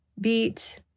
beat